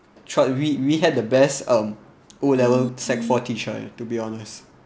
!choy! we we had the best um o level sec four teacher to be honest